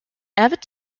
avid